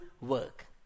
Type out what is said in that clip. work